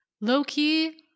Loki